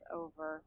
over